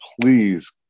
please